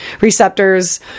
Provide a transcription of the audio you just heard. receptors